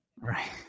Right